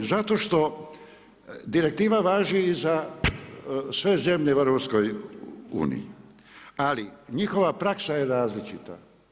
Zato što direktiva važi i za sve zemlje u EU, ali njihova praksa je različita.